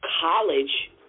college